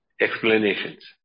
explanations